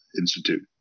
institute